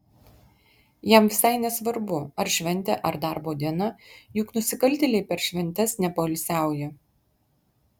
jam visai nesvarbu ar šventė ar darbo diena juk nusikaltėliai per šventes nepoilsiauja